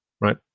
right